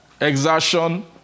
exertion